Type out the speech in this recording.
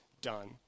done